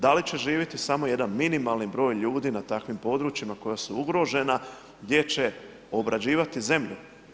Da li će živjeti samo jedan minimalni broj ljudi na takvim područjima koja su ugrožena gdje će obrađivati zemlju?